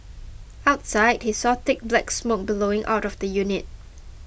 outside he saw thick black smoke billowing out of the unit